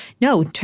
no